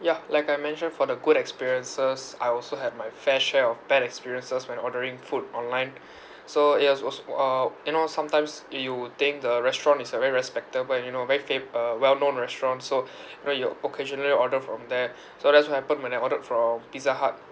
yeah like I mentioned for the good experiences I also have my fair share of bad experiences when ordering food online so it was was uh you know sometimes you you would think the restaurant is a very respectable and you know very fa~ uh well known restaurant so and then you occasionally order from there so that's what happened when I ordered from pizza hut